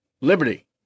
Liberty